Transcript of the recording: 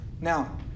Now